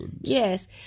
Yes